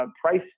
price